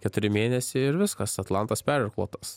keturi mėnesiai ir viskas atlantas perirkluotas